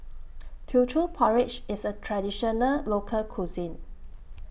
Teochew Porridge IS A Traditional Local Cuisine